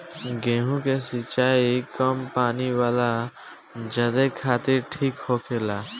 गेंहु के सिंचाई कम पानी वाला जघे खातिर ठीक होखेला